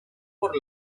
por